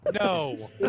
no